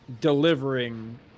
delivering